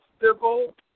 civil